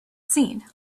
seen